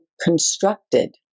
constructed